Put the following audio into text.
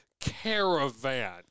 Caravan